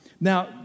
Now